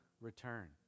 return